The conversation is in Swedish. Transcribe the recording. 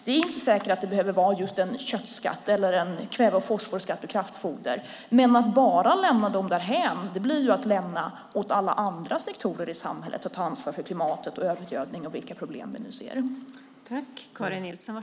Det är inte säkert att det behöver vara just en köttskatt eller en kväve och fosforskatt för kraftfoder, men att bara lämna dem därhän blir ju att lämna över till alla andra sektorer i samhället att ta ansvar för klimatet, övergödningen och vilka problem vi nu ser.